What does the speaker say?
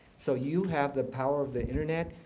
so you have the power of the internet.